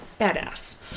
Badass